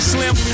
Slim